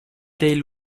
dei